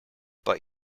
but